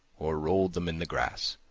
or rolled them in the grass,